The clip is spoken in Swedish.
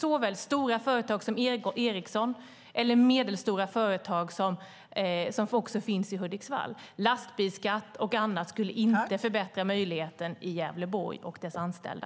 Det gäller stora företag som Ericsson och medelstora företag som också finns i Hudiksvall. Lastbilsskatt och annat skulle inte förbättra möjligheten i Gävleborg och för de anställda.